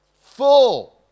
full